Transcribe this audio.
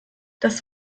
das